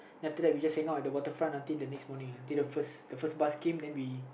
then after that we just hang out at the Waterfront until the first bus came then we